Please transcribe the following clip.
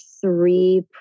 three